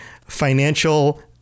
financial